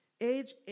age